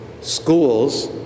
schools